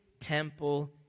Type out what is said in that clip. temple